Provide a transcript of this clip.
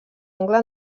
angle